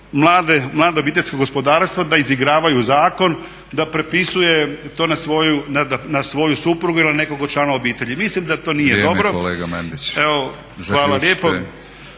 mlada obiteljska gospodarstva da izigravaju zakon, da prepisuje na svoju suprugu ili na nekog od članova obitelji. Mislim da to nije dobro. **Batinić,